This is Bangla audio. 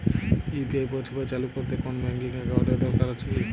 ইউ.পি.আই পরিষেবা চালু করতে কোন ব্যকিং একাউন্ট এর কি দরকার আছে?